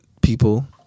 people